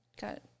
got